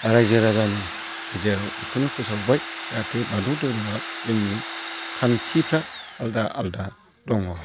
रायजो राजानि गेजेराव बेखौनो फोसावबाय जाहाथे बाथौ धोरोमाव जोंनि खान्थिफोरा आलादा आलादा दङ